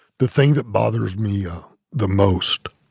the thing that bothers me ah the most